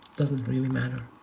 doesn't really matter.